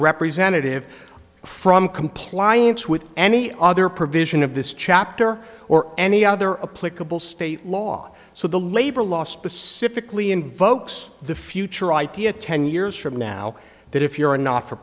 representative from compliance with any other provision of this chapter or any other political state law so the labor law specifically invokes the future idea ten years from now that if you are not for